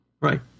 right